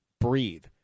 breathe